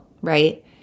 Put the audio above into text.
right